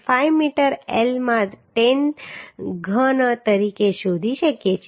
5 metre L માં 10 ઘન તરીકે શોધી શકીએ છીએ